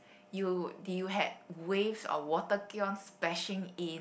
you do you had waves or water keep on splashing in